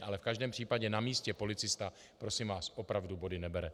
Ale v každém případě na místě policista prosím vás opravdu body nebere.